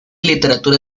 literatura